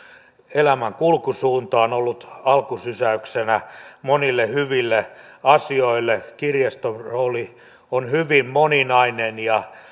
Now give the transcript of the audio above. elämän kulkusuuntaan ollut alkusysäyksenä monille hyville asioille kirjaston rooli on hyvin moninainen ja on